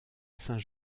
saint